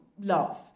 love